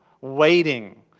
waiting